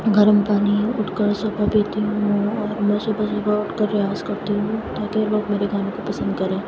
گرم پانی اٹھ کر صبح پیتی ہوں اور میں صبح صبح اٹھ کر ریاض کرتی ہوں تاکہ لوگ میرے گانے کو پسند کریں